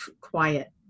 quiet